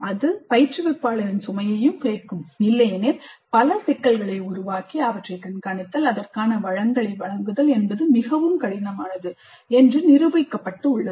இது பயிற்றுவிப்பாளரின் சுமையை குறைக்கும் இல்லையெனில் பல சிக்கல்களை உருவாக்கி அவற்றைக் கண்காணித்தல்அதற்கான வளங்களை வழங்குதல் மிகவும் கடினமானது என்று நிரூபிக்கப்பட்டு உள்ளது